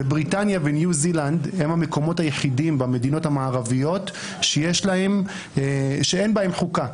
בריטניה וניו-זילנד הן המדינות המערביות היחידות שאין בהן חוקה.